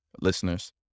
listeners